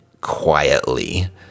quietly